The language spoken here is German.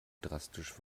drastisch